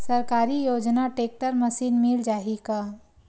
सरकारी योजना tractor machine मिल जाही का?